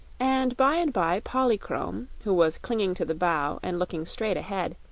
and by-and-by polychrome, who was clinging to the bow and looking straight ahead,